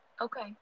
Okay